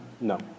No